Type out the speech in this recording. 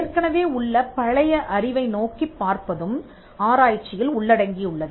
ஏற்கனவே உள்ள பழைய அறிவை நோக்கிப் பார்ப்பதும் ஆராய்ச்சியில் உள்ளடங்கியுள்ளது